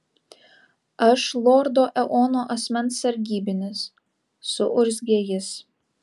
aš lordo eono asmens sargybinis suurzgė jis